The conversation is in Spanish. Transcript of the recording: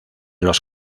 los